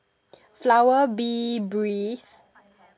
flower Bee Bree